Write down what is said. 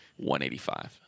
185